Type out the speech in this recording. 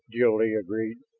jil-lee agreed.